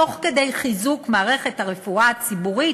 תוך כדי חיזוק מערכת הרפואה הציבורית,